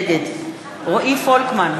נגד רועי פולקמן,